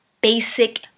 basic